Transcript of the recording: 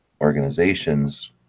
organizations